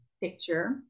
picture